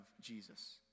Jesus